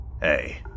Hey